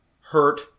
hurt